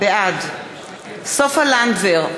בעד סופה לנדבר,